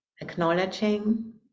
acknowledging